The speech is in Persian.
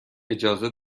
اجازه